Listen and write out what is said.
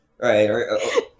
Right